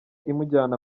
imujyana